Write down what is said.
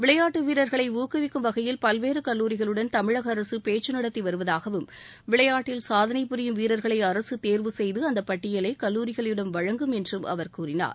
விளையாட்டு வீரர்களை ஊக்குவிக்கும் வகையில் பல்வேறு கல்லூரிகளுடன் தமிழக அரசு பேச்சு நடத்தி வருவதாகவும் விளையாட்டில் சாதனை புரியும் வீரர்களை அரசு தேர்வு செய்து அந்தப் பட்டியலை கல்லூரிகளிடம் வழங்கும் என்றும் கூறினார்